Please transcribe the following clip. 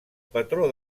patró